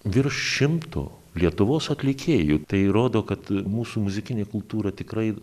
virš šimto lietuvos atlikėjų tai įrodo kad mūsų muzikinė kultūra tikrai